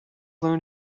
learn